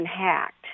hacked